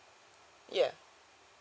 ya